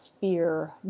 fear